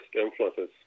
influences